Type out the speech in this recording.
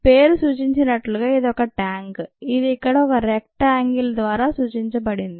పేరు సూచించినట్లుగా ఇది ఒక ట్యాంకు ఇది ఇక్కడ ఈ రెక్ట యాంగిల్ ద్వారా చూపించబడింది